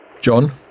John